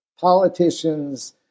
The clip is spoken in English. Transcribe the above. politicians